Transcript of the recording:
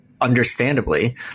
understandably –